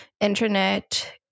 internet